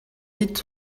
dit